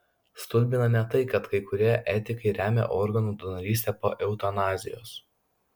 stulbina ne tai kad kai kurie etikai remia organų donorystę po eutanazijos